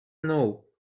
know